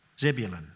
Zebulun